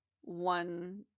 one